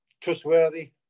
trustworthy